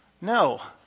No